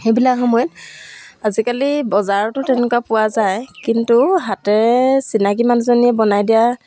সেইবিলাক সময়ত আজিকালি বজাৰতো তেনেকুৱা পোৱা যায় কিন্তু হাতেৰে চিনাকি মানুহজনীয়ে বনাই দিয়া